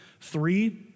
three